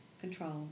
control